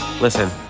Listen